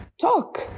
talk